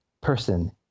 person